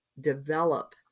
develop